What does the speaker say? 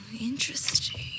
interesting